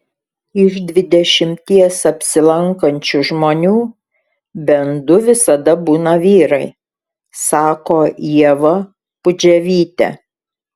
iš dvidešimties apsilankančių žmonių bent du visada būna vyrai sako ieva pudževytė